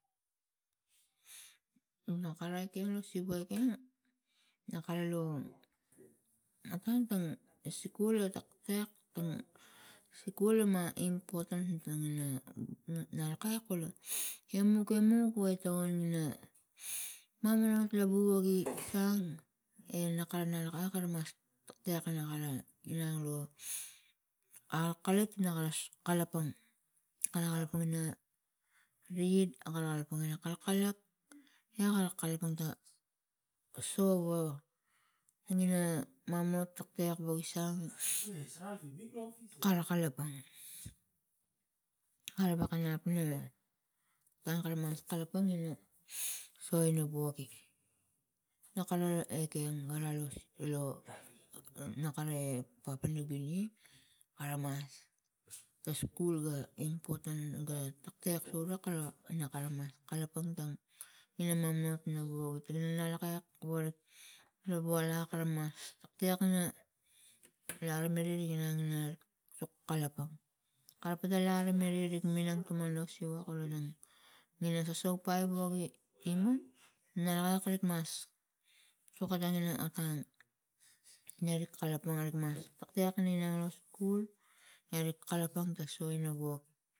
No karai ekeng lo siva ekeng naka lo otang tang sikul e tektek tang sikul ma impotan tangina nara kai kula emuk emuk wa itokon ina mamanomot labu logi sang i kara labak mas tektek la karana inang la alakalit ina kalapang kara kalapang ina rid aka kalapang ina akalkalak e aka kalapang ta sogo tangina mamanomot tektek woge sang kara kalapong, kara ka wakanap ina tarak mas kalapang ina so ina woge. Na kara ekeng lo nakara e papua niu gini kara mas ta skul ga impotan ga taktak sure lo nakara mas kalapang tang mamuot tana woge ina lakak lo wana arak mas tegna ina larimeri ginang la sok kalapang, kara pata larimeri ik minang tuman lo siva kululang ina soso pai woge inum ra akalkalit mas soko tang ina tong neri kalapang neri mas tektek inang lo skul nerik kalapang ta su ina wok.